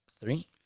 three